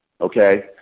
Okay